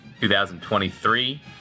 2023